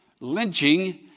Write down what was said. lynching